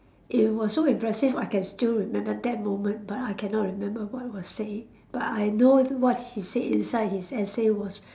it was so impressive I can still remember that moment but I cannot remember what was said but I know what he said inside his essay was